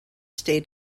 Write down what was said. stay